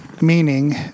meaning